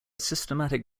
systematic